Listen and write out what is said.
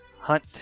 hunt